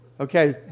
Okay